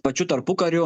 pačiu tarpukariu